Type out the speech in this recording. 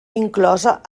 inclosa